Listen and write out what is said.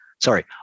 Sorry